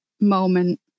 moment